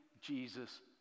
Jesus